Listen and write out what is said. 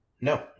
No